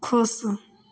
खुश